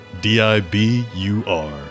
D-I-B-U-R